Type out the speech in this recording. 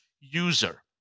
user